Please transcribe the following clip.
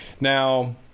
Now